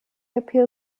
appeal